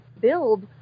build